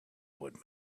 would